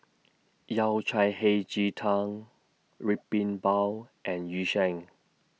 Yao Cai Hei Ji Tang Red Bean Bao and Yu Sheng